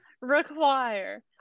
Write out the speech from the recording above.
require